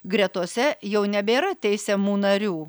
gretose jau nebėra teisiamų narių